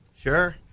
Sure